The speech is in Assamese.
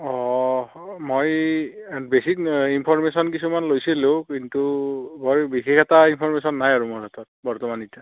অঁ মই বেছিক ইনফৰমেশ্যন কিছুমান লৈছিলো কিন্তু মই বিশেষ এটা ইনফৰমেশ্যন নাই আৰু মোৰ হাতত বৰ্তমান এতিয়া